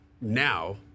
now